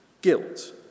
guilt